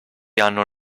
hanno